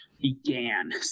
began